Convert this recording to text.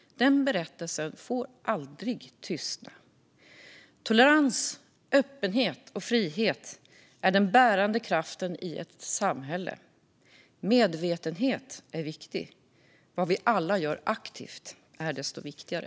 Den berättelsen får aldrig tystna. Tolerans, öppenhet och frihet är den bärande kraften i ett samhälle. Medvetenhet är viktig. Vad vi alla gör aktivt är desto viktigare.